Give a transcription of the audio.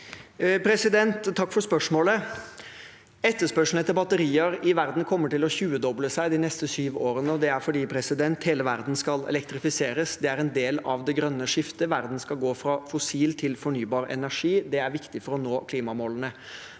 Takk for spørsmålet. Etterspørselen etter batterier i verden kommer til å tjuedoble seg de neste sju årene, og det er fordi hele verden skal elektrifiseres. Det er en del av det grønne skiftet. Verden skal gå fra fossil til fornybar energi. Det er viktig for å nå klimamålene.